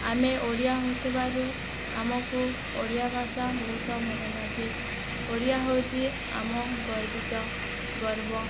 ଆମେ ଓଡ଼ିଆ ହୋଇଥିବାରୁ ଆମକୁ ଓଡ଼ିଆ ଭାଷା ବହୁତ ଭଲ ଲାଗେ ଓଡ଼ିଆ ହେଉଛି ଆମ ଗର୍ବିତ ଗର୍ବ